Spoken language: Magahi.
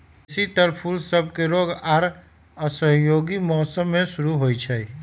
बेशी तर फूल सभके रोग आऽ असहयोगी मौसम में शुरू होइ छइ